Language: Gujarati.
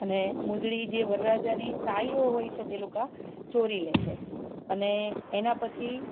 અને મોજડી જે વરરાજાની સાળીઓ હોય છે તે લોકો ચોરી લે છે અને એના પછી